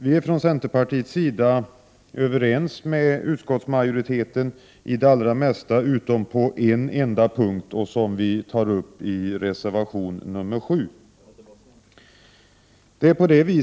Vi från centerpartiets sida är överens med utskottsmajoriteten i det allra mesta utom på en enda punkt, som vi tar upp i reservation 7.